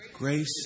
Grace